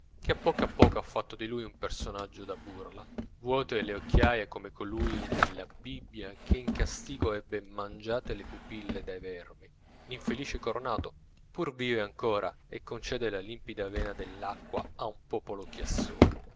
che a poco a poco ha fatto di lui un personaggio da burla vuote le occhiaie come colui della bibbia che in castigo ebbe mangiate le pupille dai vermi l'infelice coronato pur vive ancora e concede la limpida vena dell'acqua a un popolo